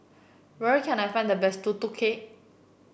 where can I find the best Tutu Kueh